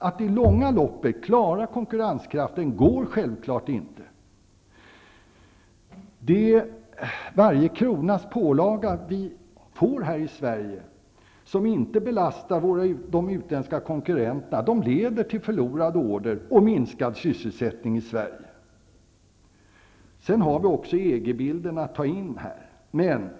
Att i långa loppet klara konkurrenskraften går självfallet inte. Varje kronas pålaga här i Sverige, som inte belastar de utländska konkurrenterna, leder till förlorade order och minskad sysselsättning i Sverige. Här måste vi också ta in EG i bilden.